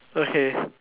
okay